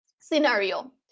scenario